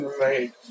Right